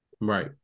Right